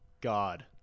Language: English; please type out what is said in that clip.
God